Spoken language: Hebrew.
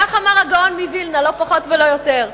כך אמר הגאון מווילנה, לא פחות ולא יותר,